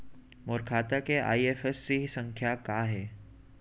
मोर खाता के आई.एफ.एस.सी संख्या का हे?